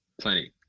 Plenty